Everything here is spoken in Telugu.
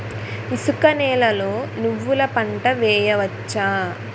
ఇసుక నేలలో నువ్వుల పంట వేయవచ్చా?